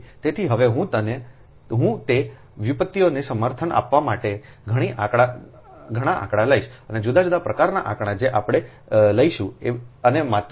તેથી હવે હું તે વ્યુત્પત્તિઓને સમર્થન આપવા માટે ઘણા આંકડા લઈશ અને જુદા જુદા પ્રકારના આંકડા જે આપણે લઈશું અને માત્ર